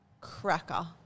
cracker